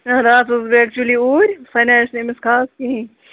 راتھ ٲسٕس بہٕ ایکچویلی اوٗرۍ بہٕ سنییَس نہٕ أمِس خاص کِہیٖنۍ